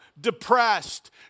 depressed